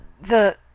The